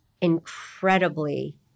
incredibly